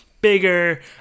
bigger